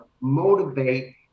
motivate